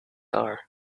are